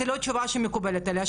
זו לא תשובה שמקובלת עליי.